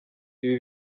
ibi